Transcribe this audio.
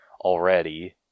already